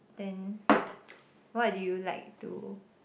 then what do you like to